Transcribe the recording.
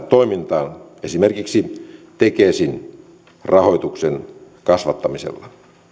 toimintaan esimerkiksi tekesin rahoituksen kasvattamisella